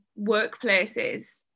workplaces